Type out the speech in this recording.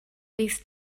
these